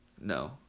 no